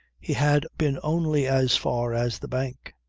he had been only as far as the bank.